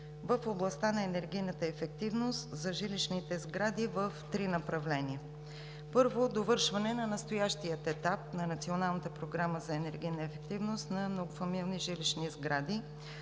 в областта на енергийната ефективност за жилищните сгради в три направления. Първо, довършване на настоящия етап на Националната програма